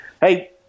Hey